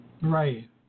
Right